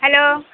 hello